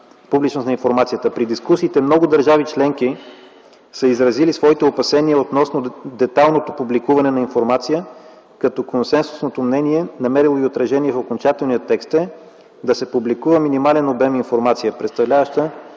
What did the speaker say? публичност на информацията. При дискусиите много държави членки са изразили своите опасения относно детайлното публикуване на информация, като консенсусното мнение е намерило отражение в окончателния текст – да се публикува минимален обем информация, представляваща